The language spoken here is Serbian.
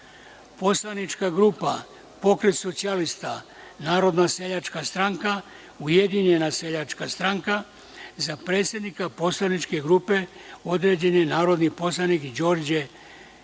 Poslanička grupa Pokret socijalista, Narodna seljačka stranka, Ujedinjena seljačka stranka – za predsednika poslaničke grupe određen je narodni poslanik Đorđe